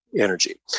energy